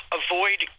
avoid